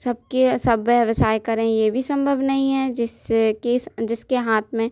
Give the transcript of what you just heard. सबकी सब व्यवसाय करें ये भी संभव नहीं है जिस केस जिसके हाथ में